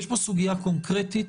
יש פה סוגיה קונקרטית,